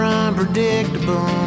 unpredictable